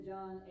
John